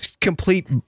complete